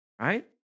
right